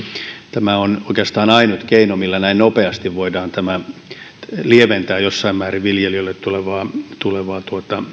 tämä on oikeastaan ainut keino millä näin nopeasti voidaan jossain määrin lieventää viljelijöille tulevaa tulevaa